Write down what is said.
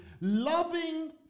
loving